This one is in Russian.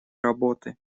работы